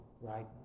Right